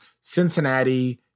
Cincinnati